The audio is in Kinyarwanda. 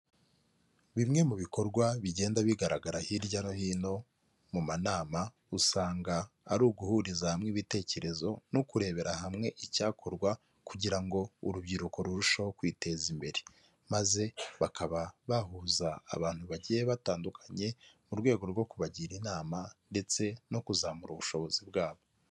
Bimwe mu bikorwa bigenda bigaragara hirya no hino mu manama, usanga ari uguhuriza hamwe ibitekerezo no kurebera hamwe icyakorwa kugira ngo urubyiruko rurusheho kwiteza imbere. Maze bakaba bahuza abantu bagiye batandukanye mu rwego rwo kubagira inama ndetse no kuzamura ubushobozi bwabo.